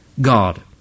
God